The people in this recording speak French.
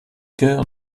chœur